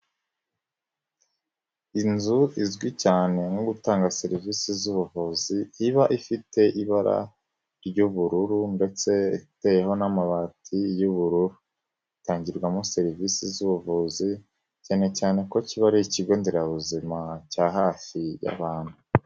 Inzu izwi cyane nko gutanga serivisi z'ubuvuzi iba ifite ibara ry'ubururu ndetse iteyeho n'amabati y'ubururu, itangirwamo serivisi z'ubuvuzi cyane cyane ko kiba ari ikigo nderabuzima cya hafi y'abantu.